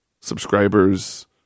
subscribers